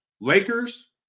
Lakers